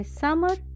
summer